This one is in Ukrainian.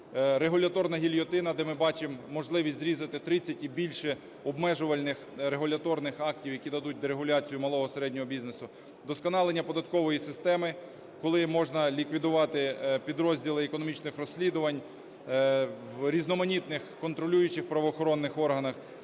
регуляторна гільйотина, де ми бачимо можливість зрізати 30 і більше обмежувальних регуляторних актів, які дадуть дерегуляцію малого і середнього бізнесу; вдосконалення податкової системи, коли можна ліквідувати підрозділи економічних розслідувань в різноманітних контролюючих правоохоронних органах;